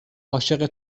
عاشق